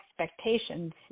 expectations